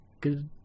good